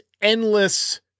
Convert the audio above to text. endless